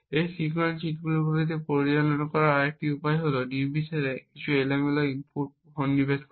এই sequence cheat কোডগুলি পরিচালনা করার আরেকটি উপায় হল নির্বিচারে কিছু এলোমেলো ইনপুট সন্নিবেশ করা